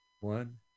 one